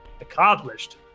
accomplished